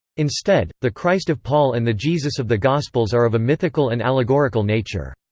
instead, the christ of paul and the jesus of the gospels are of a mythical and allegorical nature.